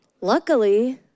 luckily